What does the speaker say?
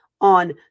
on